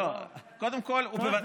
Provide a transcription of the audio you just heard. לא, הוא צריך.